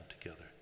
together